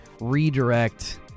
redirect